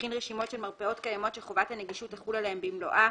יכין רשימות של מרפאות קיימות שחובת הנגישות תחול עליהם במלואה,